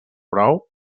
brou